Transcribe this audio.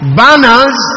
banners